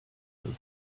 wirst